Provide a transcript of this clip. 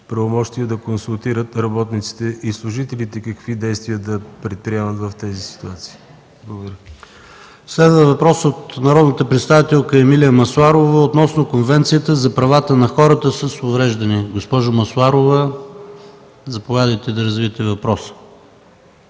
правомощия – да консултират работниците и служителите, какви действия да предприемат в тези ситуации. Благодаря. ПРЕДСЕДАТЕЛ ПАВЕЛ ШОПОВ: Следва въпрос от народната представителка Емилия Масларова относно Конвенцията за правата на хората с увреждания. Госпожо Масларова, заповядайте да развитие въпроса.